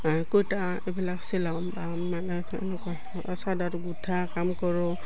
কুৰ্তা এইবিলাক চিলাম বা মানে এনেকুৱা চাদৰ গুঠা কাম কৰোঁ